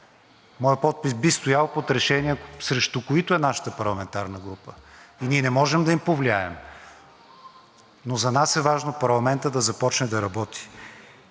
Моят подпис би стоял под решения, срещу които е нашата парламентарна група и ние не можем да им повлияем, но за нас е важно парламентът да започне да работи.